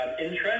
interest